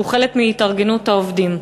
שהוא חלק מהתארגנות העובדים.